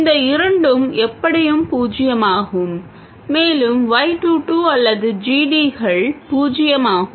இந்த இரண்டும் எப்படியும் பூஜ்ஜியமாகும் மேலும் y 2 2 அல்லது g d கள் பூஜ்ஜியமாகும்